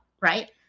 right